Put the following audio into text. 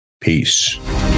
peace